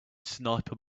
sniper